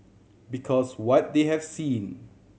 because what they have seen